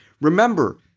Remember